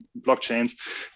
blockchains